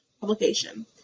publication